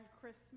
christmas